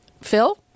Phil